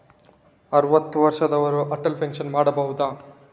ಅರುವತ್ತು ವರ್ಷದವರು ಅಟಲ್ ಪೆನ್ಷನ್ ಪಡೆಯಬಹುದ?